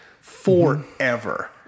forever